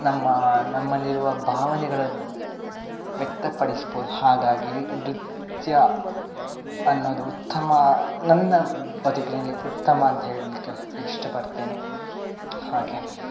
ನಮ್ಮ ನಮ್ಮಲ್ಲಿರುವ ಭಾವನೆಗಳನ್ನು ವ್ಯಕ್ತಪಡಿಸ್ಬೋದು ಹಾಗಾಗಿ ನೃತ್ಯ ಅನ್ನೋದು ಉತ್ತಮ ನನ್ನ ಬದುಕಿನಲ್ಲಿ ಉತ್ತಮ ಅಂತ ಹೇಳಲಿಕ್ಕೆ ಇಷ್ಟಪಡ್ತೇನೆ ಹಾಗೆ